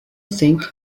think